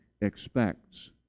expects